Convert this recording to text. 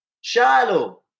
shallow